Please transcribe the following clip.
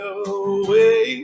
away